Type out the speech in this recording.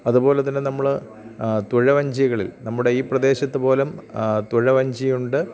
അതുപോലെതന്നെ നമ്മള് തുഴ വഞ്ചികളിൽ നമ്മുടെ ഈ പ്രദേശത്ത് പോലും തുഴ വഞ്ചിയുണ്ട്